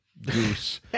Goose